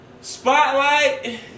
Spotlight